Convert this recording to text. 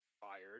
fired